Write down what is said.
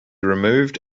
removed